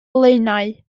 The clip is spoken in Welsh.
blaenau